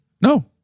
no